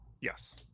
yes